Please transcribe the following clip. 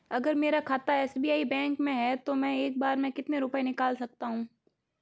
अगर मेरा खाता एस.बी.आई बैंक में है तो मैं एक बार में कितने रुपए निकाल सकता हूँ?